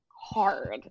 hard